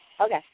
Okay